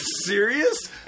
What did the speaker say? serious